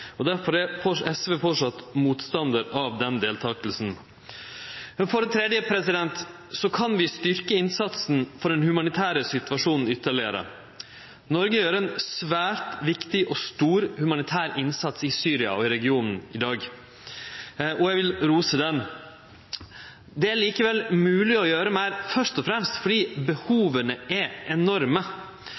regionen. Derfor er SV framleis motstandar av den deltakinga. For det tredje kan vi styrkje innsatsen for den humanitære situasjonen ytterlegare. Noreg gjer ein svært viktig og stor humanitær innsats i Syria og i regionen i dag, og den vil eg rose. Det er likevel mogleg å gjere meir, først og fremst fordi behova er enorme.